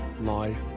lie